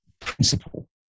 principle